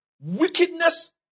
Wickedness